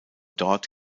dort